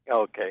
Okay